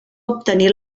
obtenir